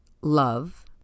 love